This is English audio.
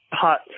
hot